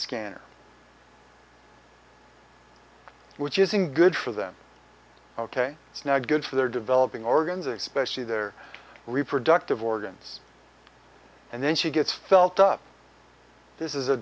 scanner which isn't good for them ok it's not good for their developing organs especially their reproductive organs and then she gets felt up this is a